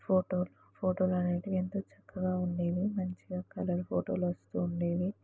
photo ఫోటోలు అనేవి ఎంతో చక్కగా ఉండేవి మంచిగా కలర్ ఫోటోలు వస్తు ఉండేవి